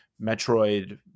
Metroid